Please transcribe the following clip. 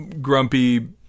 grumpy